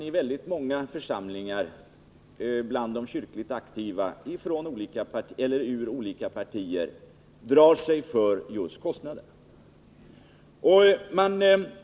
I väldigt många församlingar drar sig faktiskt de kyrkligt aktiva ur olika partier för just kostnaderna.